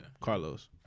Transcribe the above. Carlos